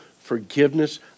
forgiveness